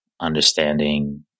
understanding